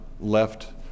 left